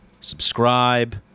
subscribe